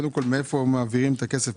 מאיפה מעבירים את הכסף?